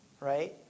Right